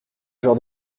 genre